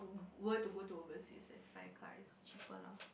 were to go to overseas and buy a car right it's cheaper lah